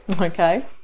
okay